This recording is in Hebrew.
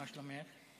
מה שלומך?